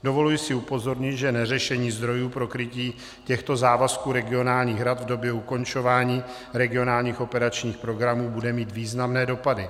Dovoluji si upozornit, že neřešení zdrojů pro krytí těchto závazků regionálních rad v době ukončování regionálních operačních programů bude mít významné dopady.